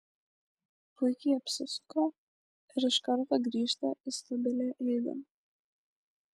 puikiai apsisuka ir iš karto grįžta į stabilią eigą